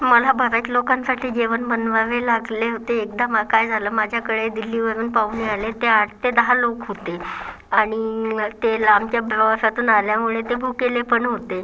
मला बऱ्याच लोकांसाठी जेवण बनवावे लागले होते एकदा मा काय झालं माझ्याकडे दिल्लीवरून पाहुणे आले ते आठ ते दहा लोक होते आणि ते लांबच्या प्रवासातून आल्यामुळे ते भुकेले पण होते